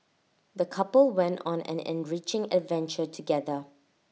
the couple went on an enriching adventure together